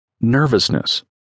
Nervousness